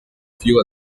few